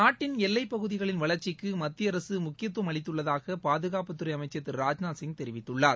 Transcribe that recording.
நாட்டின் எல்லைப் பகுதிகளின் வளர்ச்சிக்கு மத்திய அரசு முக்கியத்துவம் அளித்துள்ளதாக பாதுகாப்புத்துறை அமைச்சர் திரு ராஜ்நாத் சிங் தெரிவித்தார்